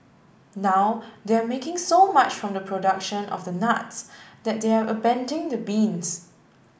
now they're making so much from the production of the nuts that they're the beans